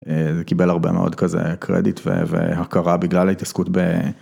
קיבל הרבה מאוד כזה קרדיט והכרה בגלל ההתעסקות ב.